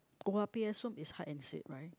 owa peya som is hide and seek right